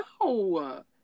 no